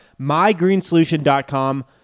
mygreensolution.com